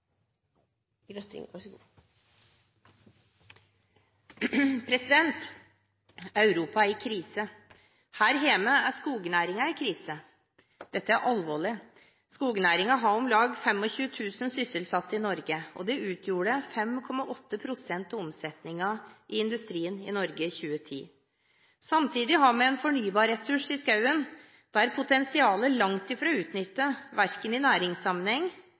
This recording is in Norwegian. i krise. Her hjemme er skognæringen i krise. Dette er alvorlig. Skognæringen har om lag 25 000 sysselsatte i Norge, og det utgjorde 5,8 pst. av omsetningen i industrien i Norge i 2010. Samtidig har vi en fornybar ressurs i skogen, der potensialet langt fra er utnyttet, verken i næringssammenheng